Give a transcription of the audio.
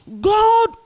God